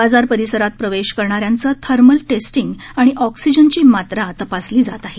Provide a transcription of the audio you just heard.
बाजार परिसरात प्रवेश करणाऱ्यांचं थर्मल टेस्टिंग आणि ऑक्सिजनची मात्रा तपासली जात आहे